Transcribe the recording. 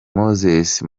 moses